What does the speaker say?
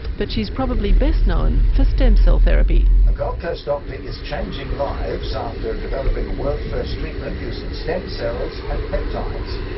but she is probably best known for stem cell therapy. a gold coast doctor is changing lives after developing a world-first treatment using stem cells and peptides.